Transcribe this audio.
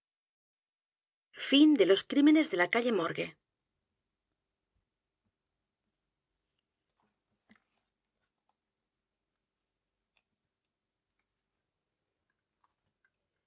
herida los crímenes de la calle morgue